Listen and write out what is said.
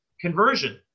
conversion